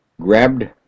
grabbed